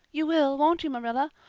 you will, won't you, marilla?